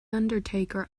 undertaker